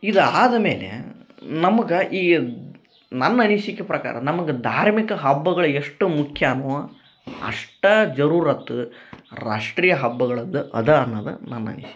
ಇದು ಆದ ಮೇಲೆ ನಮಗ ಈಯದ್ ನನ್ನ ಅನಿಸಿಕೆ ಪ್ರಕಾರ ನಮಗ ಧಾರ್ಮಿಕ ಹಬ್ಬಗಳು ಎಷ್ಟು ಮುಖ್ಯ ಅನ್ನುವ ಅಷ್ಟ ಜರುರತ್ತ ರಾಷ್ಟ್ರೀಯ ಹಬ್ಬಗಳದ ಅದ ಅನ್ನದ ನನ್ನ ಅನಿಸಿಕೆ